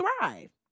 thrive